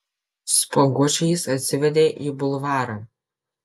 spuoguočių jis atsivedė į bulvarą